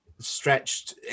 stretched